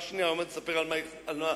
מה המלצתם לנשיא?